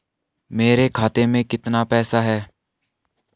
मेरे खाते में कितना पैसा है?